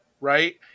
Right